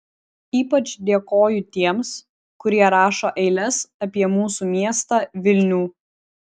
ypač dėkoju tiems kurie rašo eiles apie mūsų miestą vilnių